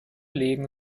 legen